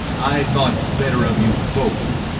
i thought better of you both.